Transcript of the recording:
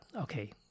okay